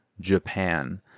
Japan